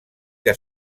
que